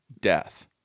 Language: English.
death